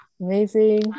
Amazing